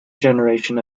generation